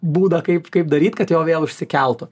būdą kaip kaip daryt kad jo vėl išsikeltų